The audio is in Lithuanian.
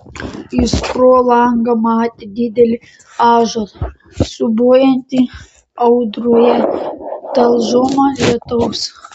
jis pro langą matė didelį ąžuolą siūbuojantį audroje talžomą lietaus